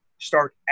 start